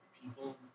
People